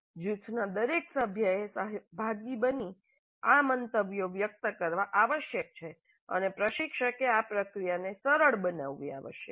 જૂથના દરેક સભ્યએ સહભાગી બની આ મંતવ્યો વ્યક્ત કરવા આવશ્યક છે અને પ્રશિક્ષકે આ પ્રક્રિયાને સરળ બનાવવી આવશ્યક છે